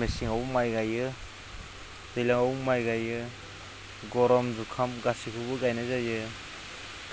मेसेंआव माइ गायो दैज्लांआवबो माइ गायो गरम जुखाम गासिखौबो गायनाय जायो